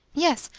yes,